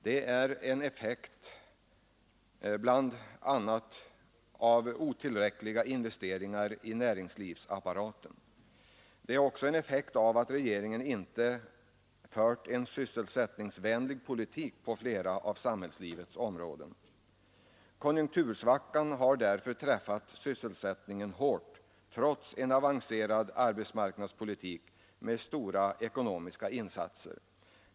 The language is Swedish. Det är en effekt av bl.a. otillräckliga investeringar i näringslivsapparaten. Det är också en effekt av att regeringen på flera av samhällslivets områden inte har fört en sysselsättningsvänlig politik. Konjunktursvackan har därför träffat sysselsättningen hårt trots en avancerad arbetsmarknadspolitik med stora ekonomiska insatser.